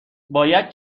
باید